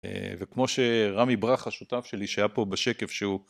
וכמו שרמי ברכה, שותף שלי, שהיה פה בשקף שהוא